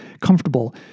comfortable